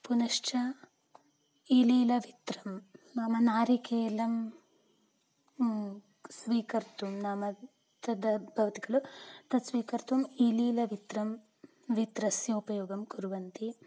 पुनश्च ईलीलवित्रं नाम नारिकेलं किं स्वीकर्तुं नाम तद् भवति खलु तद् स्वीकर्तुम् ईलीलवित्रं लवित्रस्य उपयोगं कुर्वन्ति